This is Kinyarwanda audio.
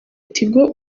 tigo